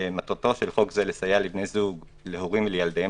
"מטרתו של חוק זה לסייע לבני זוג ולהורים וילדיהם